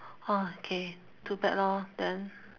orh okay too bad lor then